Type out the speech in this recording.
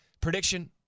Prediction